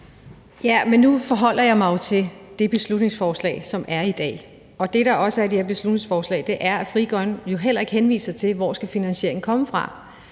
Ja, men nu forholder jeg mig jo til det beslutningsforslag, som er i dag. Det, der også er i det her beslutningsforslag, er, at Frie Grønne jo heller ikke henviser til, hvor finansieringen skal komme fra.